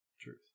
Truth